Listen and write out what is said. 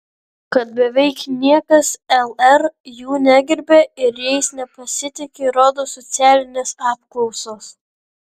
kad beveik niekas lr jų negerbia ir jais nepasitiki rodo socialinės apklausos